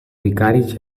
vicaris